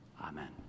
Amen